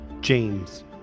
James